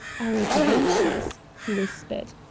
our adventures, he whispered,